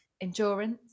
endurance